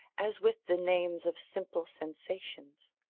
as with the names of simple sensations.